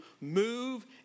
move